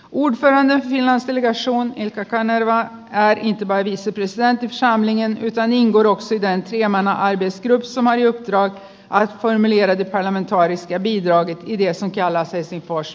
udfään hillan stelioso on ikäkään aivan näin väkisin lisää kitsaan den tillkom under det kalla krigets tid för att spela en roll i den transformeringsperiod som skulle komma